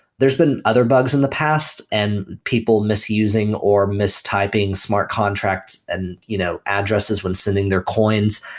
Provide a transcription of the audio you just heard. there're been other bugs in the past and people misusing or mistyping smart contracts and you know addresses when sending their coins,